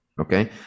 okay